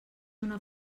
una